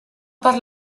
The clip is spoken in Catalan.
per